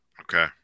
Okay